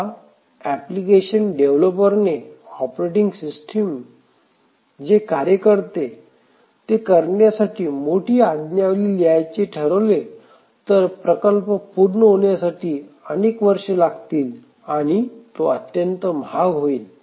आता एप्लीकेशन डेवलपरने operating system जे कार्य करते ते करण्यासाठी मोठी आज्ञावली लिहायचे ठरवले तर प्रकल्प पूर्ण होण्यासाठी अनेक वर्षे लागतील आणि तो अत्यंत महाग होईल